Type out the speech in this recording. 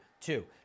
two